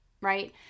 right